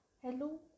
Hello